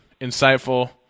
insightful